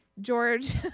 George